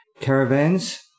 caravans